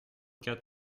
quatre